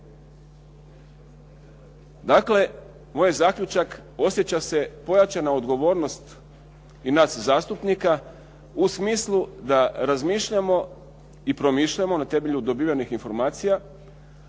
Dakle, moj je zaključak, osjeća se pojačana odgovornost i nas zastupnika u smislu da razmišljamo i promišljamo na temelju dobivenih informacija